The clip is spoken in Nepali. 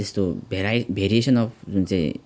त्यस्तो भेराइ भेरिएसन अब जुन चाहिँ